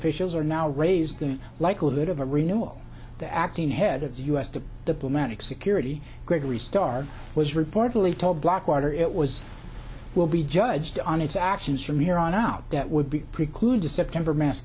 officials are now raise the likelihood of a renewal the acting head of the us to diplomatic security gregory starr was reportedly told blackwater it was will be judged on its actions from here on out that would be preclude the september mass